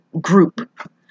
group